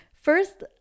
First